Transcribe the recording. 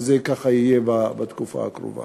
שככה זה יהיה בתקופה הקרובה.